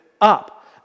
up